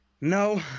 No